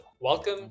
Welcome